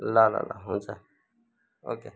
ल ल ल हुन्छ ओके